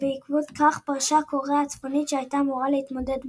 ובעקבות כך פרשה קוריאה הצפונית שהייתה אמורה להתמודד מולה.